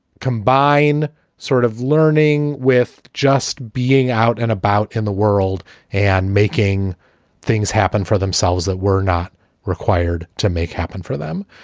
combine sort of learning with just being out and about in the world and making things happen for themselves that we're not required to make happen for them.